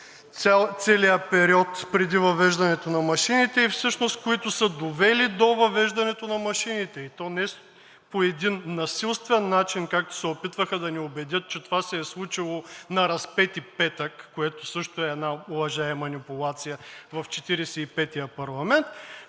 целия период преди въвеждането на машините и които са довели до въвеждането на машините, и то не по един насилствен начин, както се опитваха да ни убедят, че това се е случило на Разпети петък, което също е една лъжа и манипулация в Четиридесет